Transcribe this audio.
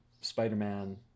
Spider-Man